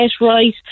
right